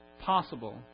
possible